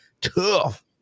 Tough